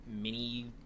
mini